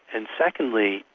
and secondly,